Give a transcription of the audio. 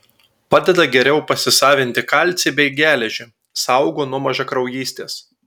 padeda geriau pasisavinti kalcį bei geležį saugo nuo mažakraujystės